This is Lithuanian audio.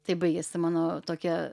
tai baigėsi mano tokia